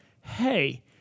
hey